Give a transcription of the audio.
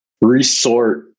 resort